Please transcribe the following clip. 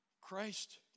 Christ